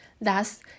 Thus